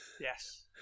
Yes